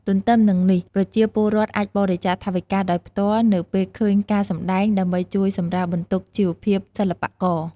ទទ្ទឹមនឹងនេះ ប្រជាពលរដ្ឋអាចបរិច្ចាគថវិកាដោយផ្ទាល់នៅពេលឃើញការសម្ដែង ដើម្បីជួយសម្រាលបន្ទុកជីវភាពសិល្បករ។